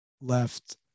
left